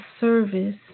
service